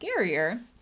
scarier